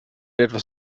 etwas